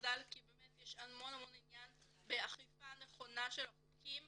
מחדל כי יש המון עניין באכיפה נכונה של החוקים